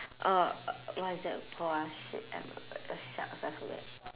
uh what's that call ah shit i~ shucks I forget